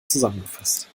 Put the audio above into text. zusammengefasst